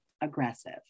aggressive